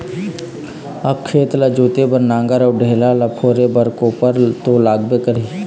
अब खेत ल जोते बर नांगर अउ ढेला ल फोरे बर कोपर तो लागबे करही